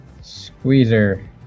squeezer